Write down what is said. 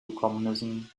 communism